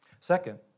Second